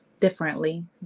differently